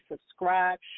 subscribe